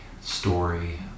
story